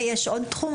יש עוד תחום?